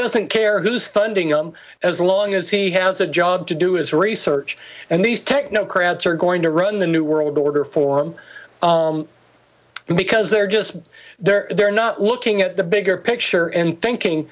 doesn't care who's thundering on as long as he has a job to do his research and these technocrats are going to run the new world order form because they're just there they're not looking at the bigger picture and thinking